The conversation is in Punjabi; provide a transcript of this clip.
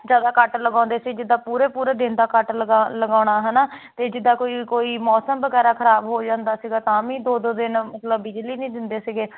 ਜ਼ਿਆਦਾ ਕੱਟ ਲਗਾਉਂਦੇ ਸੀ ਜਿੱਦਾਂ ਪੂਰੇ ਪੂਰੇ ਦਿਨ ਦਾ ਕੱਟ ਲਗਾ ਲਗਾਉਣਾ ਹੈ ਨਾ ਅਤੇ ਜਿੱਦਾਂ ਕੋਈ ਕੋਈ ਮੌਸਮ ਵਗੈਰਾ ਖਰਾਬ ਹੋ ਜਾਂਦਾ ਸੀਗਾ ਤਾਂ ਵੀ ਦੋ ਦੋ ਦਿਨ ਮਤਲਬ ਬਿਜਲੀ ਨਹੀਂ ਦਿੰਦੇ ਸੀਗੇ